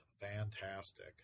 fantastic